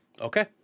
Okay